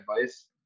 advice